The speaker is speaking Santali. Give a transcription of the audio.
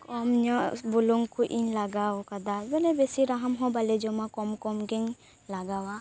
ᱠᱚᱢᱧᱚᱜ ᱵᱩᱞᱩᱝ ᱠᱩᱡ ᱤᱧ ᱞᱟᱜᱟᱣ ᱟᱠᱟᱫᱟ ᱢᱟᱱᱮ ᱵᱤᱥᱤ ᱨᱟᱦᱟᱢ ᱦᱚᱸ ᱵᱟᱞᱮ ᱡᱚᱢᱟ ᱠᱚᱢ ᱠᱚᱢ ᱜᱮᱧ ᱞᱟᱜᱟᱣᱟ